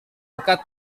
dekat